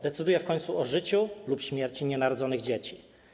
Decyduje w końcu o życiu lub śmierci nienarodzonych dzieci.